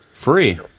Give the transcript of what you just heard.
Free